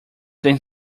than